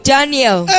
Daniel